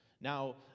Now